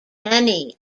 many